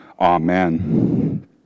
Amen